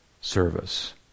service